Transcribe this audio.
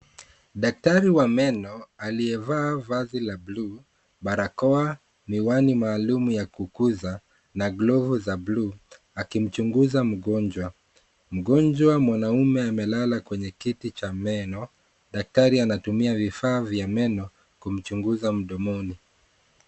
Daktari wa meno aliyevaa vazi la bluu, barakoa, miwani maalum ya kukuza na glovu za bluu akimchunguza mgonjwa. Mgonjwa mwanaume amelala kwenye kiti cha meno, daktari anatumia vifaa vya meno kumchunguza mdomoni.